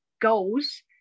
goals